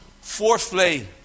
fourthly